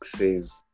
saves